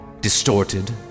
distorted